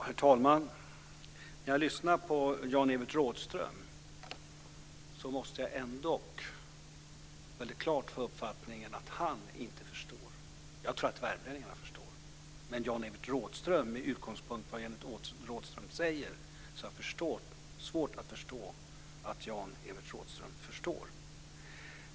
Herr talman! När jag lyssnar på Jan-Evert Rådhström så måste jag ändock väldigt klart få uppfattningen att han inte förstår. Jag tror att värmlänningarna förstår, men med utgångspunkt i vad Jan-Evert Rådhström säger har jag svårt att förstå att Jan-Evert Rådhström förstår.